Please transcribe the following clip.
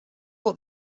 what